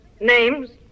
Names